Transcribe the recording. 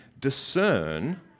discern